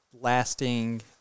lasting